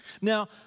Now